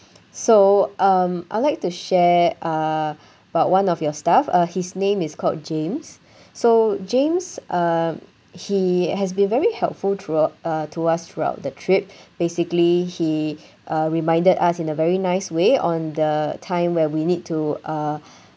so um I'd like to share uh about one of your staff uh his name is called james so james uh he has been very helpful throughout uh to us throughout the trip basically he uh reminded us in a very nice way on the time where we need to uh